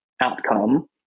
outcome